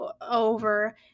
over